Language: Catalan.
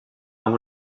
amb